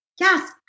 Yes